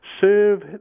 serve